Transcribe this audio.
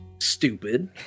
Stupid